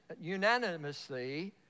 unanimously